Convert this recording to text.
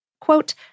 Quote